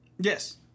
Yes